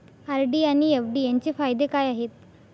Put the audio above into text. RD आणि FD यांचे फायदे काय आहेत?